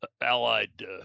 Allied